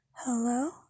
Hello